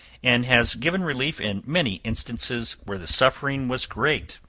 and has given relief in many instances where the suffering was great.